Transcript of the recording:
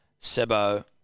Sebo